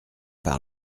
par